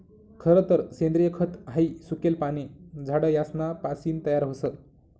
खरतर सेंद्रिय खत हाई सुकेल पाने, झाड यासना पासीन तयार व्हस